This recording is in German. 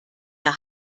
der